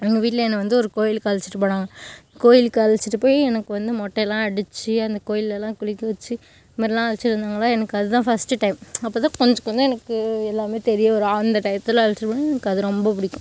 எங்கள் வீட்டில் என்னை வந்து ஒரு கோயிலுக்கு அழைச்சிட்டு போனாங்க கோயிலுக்கு அழைச்சிட்டு போய் எனக்கு வந்து மொட்டையெலாம் அடிச்சு அந்த கோயிலெலாம் குளிக்க வச்சு இந்த மாதிரிலாம் அழைச்சிட்டு வந்தாங்களா எனக்கு அதுதான் ஃபஸ்ட்டு டைம் அப்போதான் கொஞ்சம் கொஞ்சம் எனக்கு எல்லாமே தெரிய வரும் அந்த டைத்தில் அழைச்சிட்டு போனால் எனக்கு அது ரொம்ப பிடிக்கும்